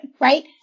right